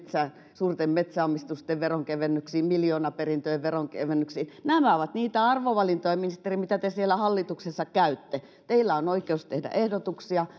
suurten metsäomistusten veronkevennyksiin miljoonaperintöjen veronkevennyksiin nämä ovat niitä arvovalintoja ministeri mitä te siellä hallituksessa teette teillä on oikeus tehdä ehdotuksia